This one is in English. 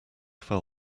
fell